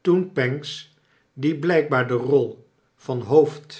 toen pancks i die blijkbaar de rol van hoofd